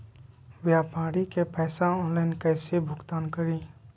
व्यापारी के पैसा ऑनलाइन कईसे भुगतान करी?